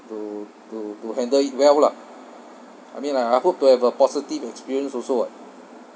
to to to handle it well lah I mean like I hope to have a positive experience also [what]